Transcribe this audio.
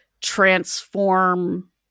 transform